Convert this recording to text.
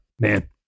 man